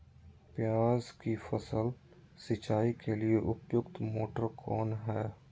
प्याज की फसल सिंचाई के लिए उपयुक्त मोटर कौन है?